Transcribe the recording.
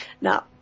Now